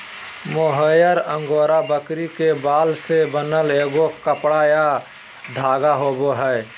mohair angora बकरी के बाल से बनल एगो कपड़ा या धागा होबैय हइ